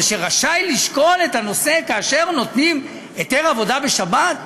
אבל רשאי לשקול את הנושא כאשר נותנים היתר עבודה בשבת.